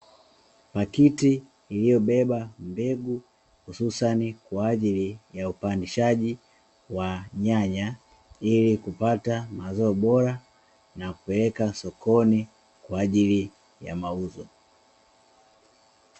Pakiti iliyobeba mbegu hususani kwa ajili ya upandishaji wa nyanya, ili kupata mazao bora na kupeleka sokoni kwa ajili ya mauzo.